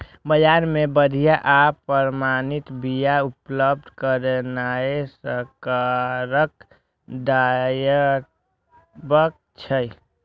बाजार मे बढ़िया आ प्रमाणित बिया उपलब्ध करेनाय सरकारक दायित्व छियै